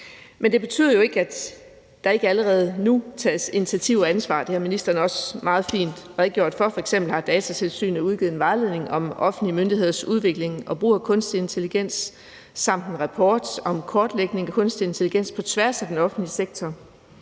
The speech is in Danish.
Men det betyder jo ikke, at der ikke allerede nu tages ansvar og bliver taget initiativer, og det har ministeren også meget fint redegjort for. F.eks. har Datatilsynet udgivet en vejledning om offentlige myndigheders udvikling og brug af kunstig intelligens samt en rapport om kortlægning af kunstig intelligens på tværs af den offentlige sektor.